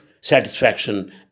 satisfaction